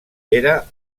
era